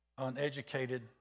uneducated